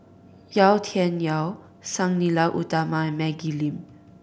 Yau Tian Yau Sang Nila Utama and Maggie Lim